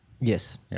Yes